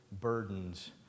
burdens